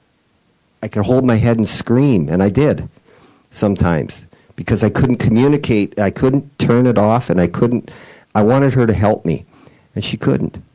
i could hold my head and scream, and i did sometimes because i couldn't communicate, i couldn't turn it off, and i couldn't i wanted her to help me but and she couldn't.